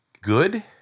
good